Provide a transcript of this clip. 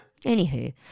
Anywho